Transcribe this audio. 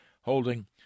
holding